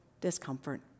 discomfort